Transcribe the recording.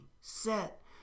set